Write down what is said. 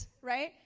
right